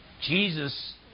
Jesus